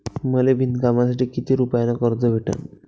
मले विणकामासाठी किती रुपयानं कर्ज भेटन?